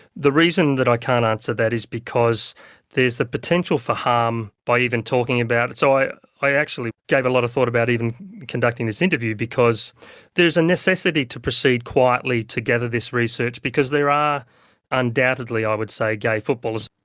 the reason that i can't answer that is because there is the potential for harm by even talking about it. so i i actually gave a lot of thought about even conducting this interview because there's a necessity to proceed quietly to gather this research because there are undoubtedly i would say gay footballers.